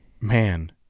Man